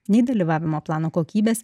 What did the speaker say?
nei dalyvavimo plano kokybės